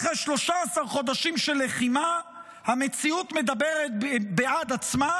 אחרי 13 חודשים של לחימה המציאות מדברת בעד עצמה: